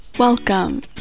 Welcome